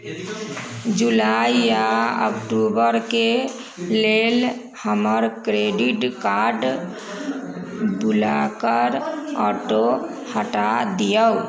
जुलाइ आ अक्टूबरके लेल हमर क्रेडिट कार्ड बिलके ऑटो हटा दिऔ